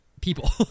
people